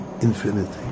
infinity